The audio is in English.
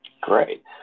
Great